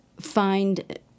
find